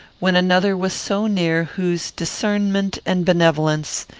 when another was so near whose discernment and benevolence,